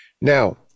Now